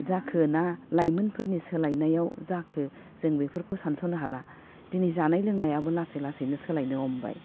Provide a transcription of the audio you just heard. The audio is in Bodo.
जाखो ना लाइमोनफोरनि सोलायनायाव जाखो जों बेफोरखौ सानस'नो हाला दिनै जानाय लोंनायाबो लासै लासैनो सोलायनो हमबाय